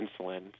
insulin